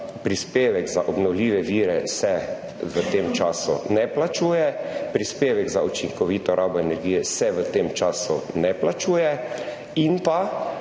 prispevek za obnovljive vire se v tem času ne plačuje, prispevek za učinkovito rabo energije se v tem času ne plačuje in pa